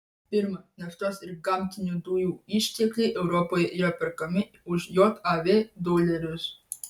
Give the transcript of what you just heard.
pirma naftos ir gamtinių dujų ištekliai europoje yra perkami už jav dolerius